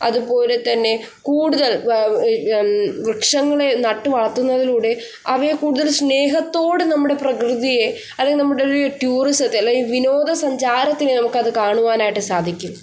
അതുപോലെത്തന്നെ കൂടുതൽ വൃക്ഷങ്ങളെ നട്ടുവളർത്തുന്നതിലൂടെ അവയെ കൂടുതൽ സ്നേഹത്തോടെ നമ്മുടെ പ്രകൃതിയെ അല്ലെങ്കിൽ നമ്മുടെ ഒരു ടുറിസത്തെ അല്ലെങ്കിൽ വിനോദ സഞ്ചാരത്തിനെ നമുക്ക് അത് കാണുവാനായിട്ട് സാധിക്കും